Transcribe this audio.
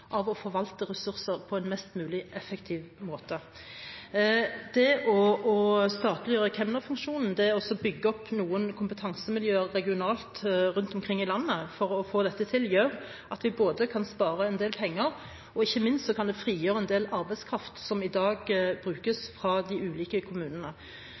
av å forvalte ressurser på en mest mulig effektiv måte. Det å statliggjøre kemnerfunksjonen, det å bygge opp noen kompetansemiljøer regionalt rundt omkring i landet for å få dette til, gjør at vi kan spare en del penger, og ikke minst kan det frigjøre en del arbeidskraft som i dag brukes fra de ulike kommunene.